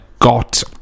got